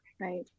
right